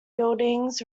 buildings